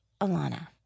Alana